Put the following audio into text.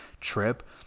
trip